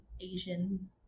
Asian